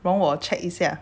让我 check 一下